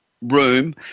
Room